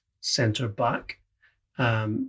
centre-back